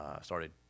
started